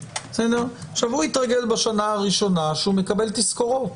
הוא התרגל בשנה הראשונה שהוא מקבל תזכורות